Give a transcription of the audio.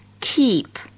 Keep